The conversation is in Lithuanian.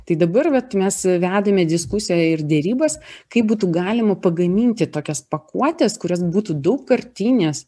tai dabar vat mes vedame diskusiją ir derybas kaip būtų galima pagaminti tokias pakuotes kurios būtų daugkartinės